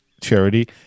charity